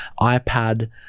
ipad